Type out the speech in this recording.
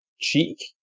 cheek